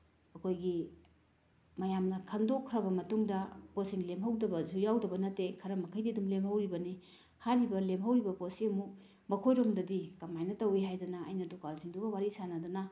ꯑꯩꯈꯣꯏꯒꯤ ꯃꯌꯥꯝꯅ ꯈꯟꯗꯣꯛꯈ꯭ꯔꯕ ꯃꯇꯨꯡꯗ ꯄꯣꯠꯁꯤꯡ ꯂꯦꯝꯍꯧꯗꯕ ꯌꯥꯎꯗꯕ ꯅꯠꯇꯦ ꯈꯔ ꯃꯈꯩꯗꯤ ꯑꯗꯨꯝ ꯂꯦꯝꯍꯧꯔꯤꯕꯅꯤ ꯍꯥꯏꯔꯤꯕ ꯂꯦꯝꯍꯧꯔꯤꯕ ꯄꯣꯠꯁꯤ ꯑꯃꯨꯛ ꯃꯈꯣꯏꯔꯣꯝꯗꯗꯤ ꯀꯃꯥꯏꯅ ꯇꯧꯋꯤ ꯍꯥꯏꯗꯅ ꯑꯩꯅ ꯗꯨꯀꯥꯜꯁꯤꯡꯗꯨꯒ ꯋꯥꯔꯤ ꯁꯥꯟꯅꯗꯅ